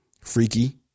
Freaky